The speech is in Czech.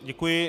Děkuji.